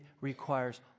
requires